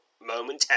momentarily